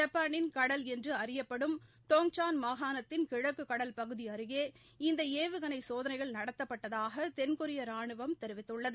ஜப்பானின் கடல் என்று அறியப்படும் தாங்சோன் மாகாணத்தின் கிழக்குக் கடல் பகுதி அருகே இந்த ஏவுகணை சோதனைகள் நடத்தப்பட்டதாக தென்கொரிய ரானுவம் தெரிவித்துள்ளது